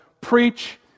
preach